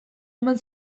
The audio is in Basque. eman